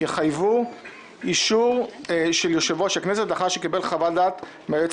יחייבו אישור של יושב-ראש הכנסת לאחר שקיבל חוות דעת מהיועץ